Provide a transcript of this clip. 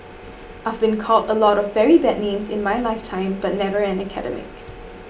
I've been called a lot of very bad names in my lifetime but never an academic